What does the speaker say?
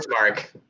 Mark